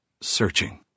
searching